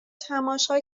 تماشا